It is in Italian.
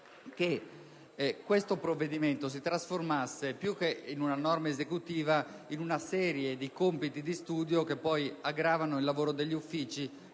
che questo provvedimento si trasformasse più che in una norma esecutiva in una serie di compiti di studio, che poi aggravano il lavoro degli uffici